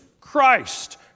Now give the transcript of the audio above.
Christ